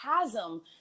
chasm